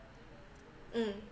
mm